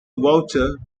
voucher